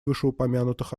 вышеупомянутых